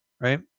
right